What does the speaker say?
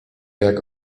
jak